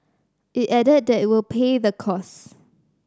it added that it will pay the costs